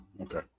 Okay